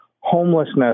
homelessness